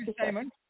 Simon